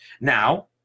Now